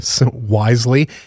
wisely